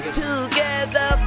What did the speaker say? together